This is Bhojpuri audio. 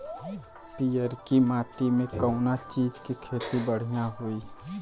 पियरकी माटी मे कउना चीज़ के खेती बढ़ियां होई?